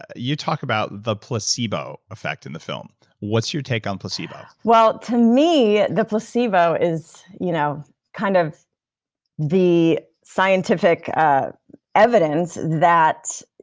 you talk about the placebo effect in the film what's your take on placebo? well, to me, the placebo is you know kind of the scientific evidence that.